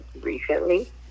recently